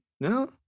no